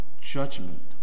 judgment